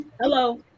hello